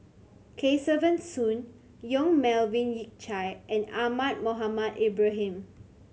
Kesavan Soon Yong Melvin Yik Chye and Ahmad Mohamed Ibrahim